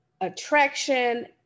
attraction